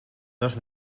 dos